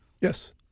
Yes